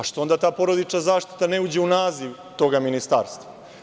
Zašto onda ta porodična zaštita ne uđe u naziv toga ministarstva?